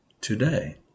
today